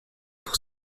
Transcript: pour